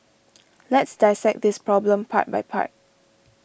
let's dissect this problem part by part